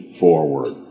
forward